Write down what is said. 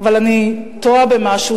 אבל אני טועה במשהו.